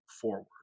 forward